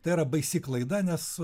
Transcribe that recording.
tai yra baisi klaida nes